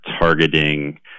targeting